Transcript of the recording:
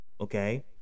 okay